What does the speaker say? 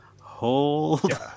hold